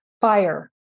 fire